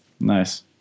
Nice